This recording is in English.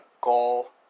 goal